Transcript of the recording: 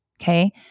Okay